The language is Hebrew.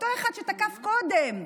אותו אחד שתקף קודם,